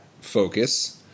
focus